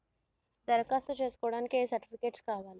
దరఖాస్తు చేస్కోవడానికి ఏ సర్టిఫికేట్స్ కావాలి?